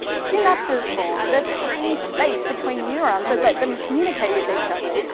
synapses form, the tiny space between neurons that let them communicate with each other.